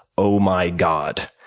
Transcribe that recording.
oh, my god.